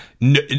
No